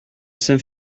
saint